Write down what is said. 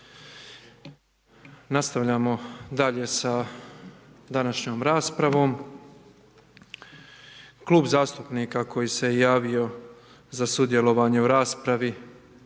Nastavljamo dalje sa današnjom raspravom. Klub zastupnika koji se javio za sudjelovanje u raspravi